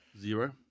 Zero